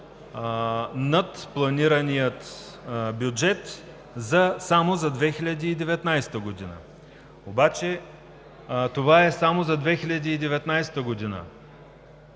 над планирания бюджет само за 2019 г. Обаче това е само за 2019 г.